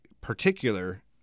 particular